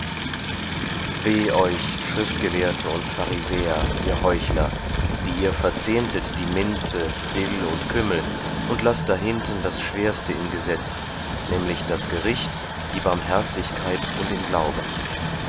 weh euch schriftgelehrte und pharisäer ihr heuchler die ihr verzehntet die minze dill und kümmel und laßt dahinten das schwerste im gesetz nämlich das gericht die barmherzigkeit und den glauben